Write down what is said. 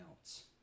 else